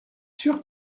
sûr